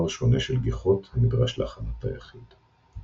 שונה של גיחות הנדרש להכנת תא יחיד.